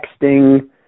texting